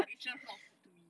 it's just not food to me